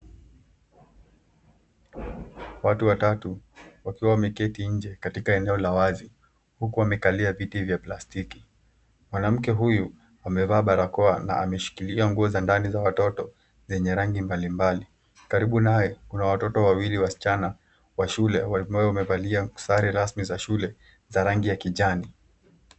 Watu watatu wakiwa wameketi nje katika eneo la wazi, huku wamekalia viti vya plastiki. Mwanamke huyu amevaa barakoa na ameshikilia nguo za ndani za watoto zenye rangi mbalimbali. Karibu naye, kuna watoto wawili wasichana wa shule ambao wamevalia sare rasmi za shule za rangi ya kijani.